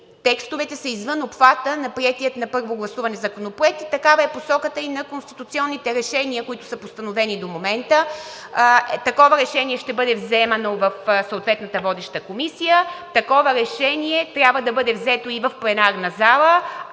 текстовете са извън обхвата на приетия на първо гласуване законопроект и такава е посоката и на конституционните решения, които са постановени до момента. Такова решение ще бъде вземано в съответната водеща комисия, такова решение трябва да бъде взето и в пленарната зала.